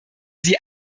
sie